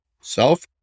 self